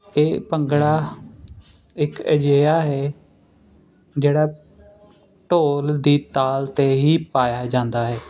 ਇਹ ਭੰਗੜਾ ਇਕ ਅਜਿਹਾ ਹੈ ਜਿਹੜਾ ਢੋਲ ਦੀ ਤਾਲ 'ਤੇ ਹੀ ਪਾਇਆ ਜਾਂਦਾ ਹੈ